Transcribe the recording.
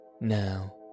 Now